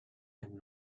and